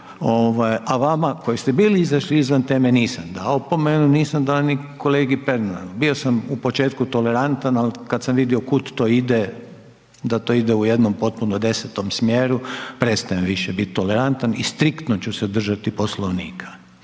A vama koji ste bili izašli izvan teme, nisam dao opomenu, nisam dao ni kolegi Pernaru, bio sam u početku tolerantan, ali kad sam vidio kud to ide, da to ide u jednome potpuno desetome smjeru prestajem više biti tolerantan i striktno ću se držati Poslovnika.